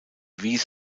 wies